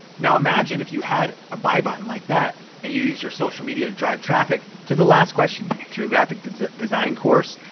now imagine if you had a buy button like that and used your social media to drive traffic to the last question, to your graphic design design course,